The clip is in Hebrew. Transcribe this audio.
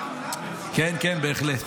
כן, בהחלט.